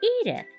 Edith